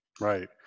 Right